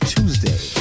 Tuesday